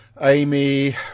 Amy